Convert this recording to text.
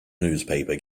newspaper